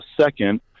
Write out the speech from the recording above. second